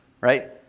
right